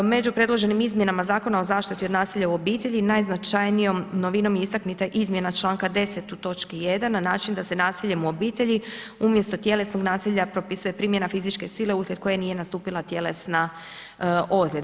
Među predloženim izmjenama Zakona o zaštiti od nasilja u obitelji najznačajnijom novinom je istaknuta izmjena članka 10. u točki 1 na način da se nasiljem u obitelji umjesto tjelesnog nasilja propisuje primjena fizičke sile uslijed koje nije nastupila tjelesna ozljeda.